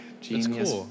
genius